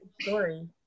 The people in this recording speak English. story